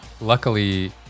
Luckily